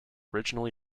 originally